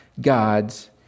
God's